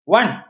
one